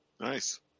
Nice